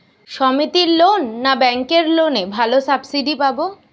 সমিতির লোন না ব্যাঙ্কের লোনে ভালো সাবসিডি পাব?